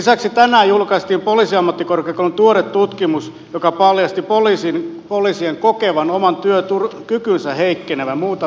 lisäksi tänään julkaistiin poliisiammattikorkeakoulun tuore tutkimus joka paljasti poliisien kokevan oman työkykynsä heikkenevän muuta väestöä nopeammin